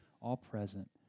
all-present